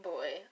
Boy